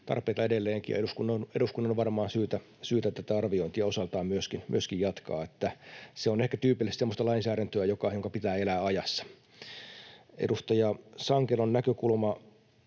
edelleenkin, ja eduskunnan on varmaan syytä tätä arviointia osaltaan myöskin jatkaa. Se on ehkä tyypillisesti semmoista lainsäädäntöä, jonka pitää elää ajassa. Edustaja Sankelon näkökulma